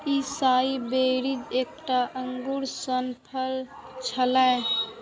एसाई berries एकटा अंगूर सन फल छियै